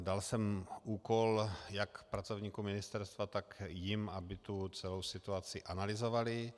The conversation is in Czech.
Dal jsem úkol jak pracovníkům ministerstva, tak jim, aby celou situaci analyzovali.